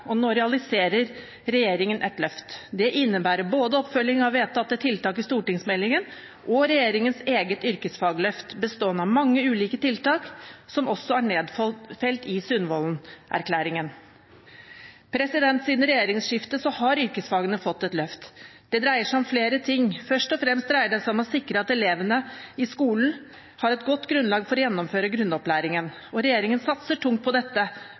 og nå realiserer regjeringen et løft. Det innebærer både oppfølging av vedtatte tiltak i forbindelse med stortingsmeldingen og regjeringens eget yrkesfagløft, bestående av mange ulike tiltak som også er nedfelt i Sundvolden-erklæringen. Siden regjeringsskiftet har yrkesfagene fått et løft. Det dreier seg om flere ting. Først og fremst dreier det seg om å sikre at elevene i skolen har et godt grunnlag for å gjennomføre grunnopplæringen, og regjeringen satser tungt på dette,